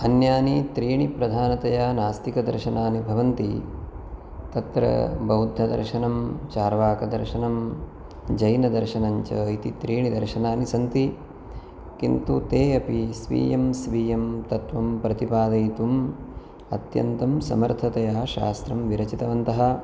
अन्यानि त्रीणि प्रधानतया नास्तिकदर्शनानि भवन्ति तत्र बौद्धदर्शनं चार्वाकदर्शनं जैनदर्शनञ्च इति त्रीणि दर्शनानि सन्ति किन्तु ते अपि स्वीयं स्वीयं तत्त्वं प्रतिपादयितुं अत्यन्तं समर्थतया शास्त्रं विरचितवन्तः